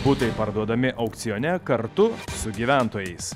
butai parduodami aukcione kartu su gyventojais